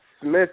Smith